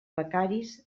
becaris